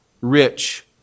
rich